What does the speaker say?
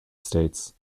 states